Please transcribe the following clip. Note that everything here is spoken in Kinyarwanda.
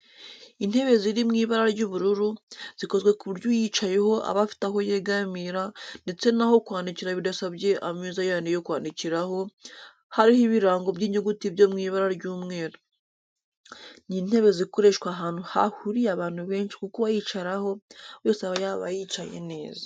Intebe ziri mu ibara ry'ubururu, zikozwe ku buryo uyicayeho aba afite aho yegamira ndetse n'aho kwandikira bidasabye ameza yandi yo kwandikiraho, hariho ibirango by'inyuguti byo mu ibara ry'umweru. Ni intebe zakoreshwa ahantu hahuriye abantu benshi kuko uwayicaraho wese yaba yicaye neza